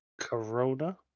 Corona